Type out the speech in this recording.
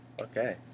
Okay